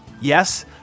Yes